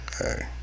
Hey